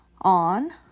on